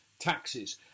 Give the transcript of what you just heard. taxes